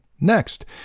next